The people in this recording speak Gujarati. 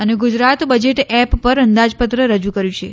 અને ગુજરાત બજેટ એપ પર અંદાજપત્ર રજૂ કર્યું છે